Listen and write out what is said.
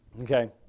Okay